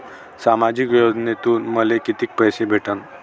सामाजिक योजनेतून मले कितीक पैसे भेटन?